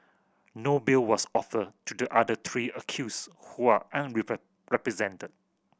no bail was offered to the other three accused who are represented